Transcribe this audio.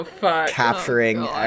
capturing